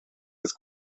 oedd